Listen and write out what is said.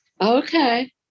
Okay